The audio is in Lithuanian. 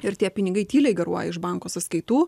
ir tie pinigai tyliai garuoja iš banko sąskaitų